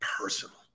personal